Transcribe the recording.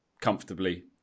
comfortably